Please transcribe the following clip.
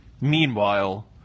Meanwhile